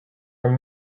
are